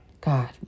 God